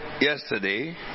yesterday